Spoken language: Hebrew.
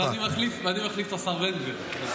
ואני מחליף את השר בן גביר.